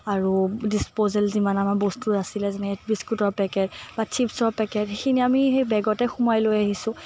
আৰু ডিছপ'জেল যিমান আমাৰ বস্তু আছিলে যেনে বিস্কুটৰ পেকেট বা ছিপচৰ পেকেট সেইখিনি আমি সেই বেগতে সোমোৱাই লৈ আহিছোঁ